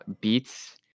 beats